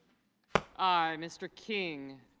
i. mr. king